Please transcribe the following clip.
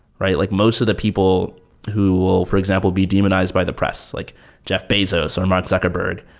right? like most of the people who will, for example, be demonized by the press, like jeff bezos, or mark zuckerberg.